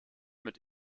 mit